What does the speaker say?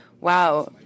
wow